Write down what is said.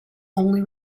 only